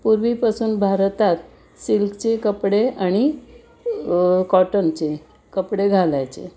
पूर्वीपासून भारतात सिल्कचे कपडे आणि कॉटनचे कपडे घालायचे